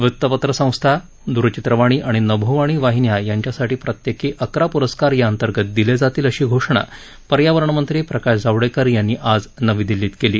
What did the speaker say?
वृत्तपत्र संस्था दूरचित्रवाणी आणि नभोवाणी वाहिन्या यांच्यासाठी प्रत्येकी अकरा पुरस्कार या अंतर्गत दिले जातील अशी घोषणा पर्यावरण मंत्री प्रकाश जावडेकर यांनी आज नवी दिल्लीत केली